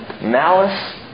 Malice